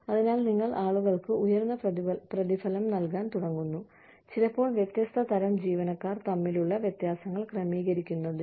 അതിനാൽ നിങ്ങൾ ആളുകൾക്ക് ഉയർന്ന പ്രതിഫലം നൽകാൻ തുടങ്ങുന്നു ചിലപ്പോൾ വ്യത്യസ്ത തരം ജീവനക്കാർ തമ്മിലുള്ള വ്യത്യാസങ്ങൾ ക്രമീകരിക്കുന്നതിന്